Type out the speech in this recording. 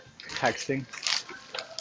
texting